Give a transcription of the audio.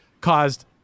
caused